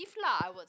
give lah I would